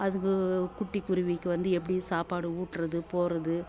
அதுக குட்டிக் குருவிக்கு வந்து எப்படி சாப்பாடு ஊட்டுறது போகறது